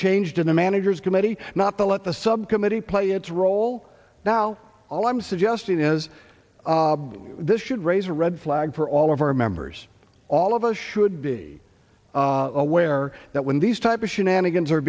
changed in the manager's committee not to let the subcommittee play its role now all i'm suggesting is this should raise a red flag for all of our members all of us should be aware that when these type of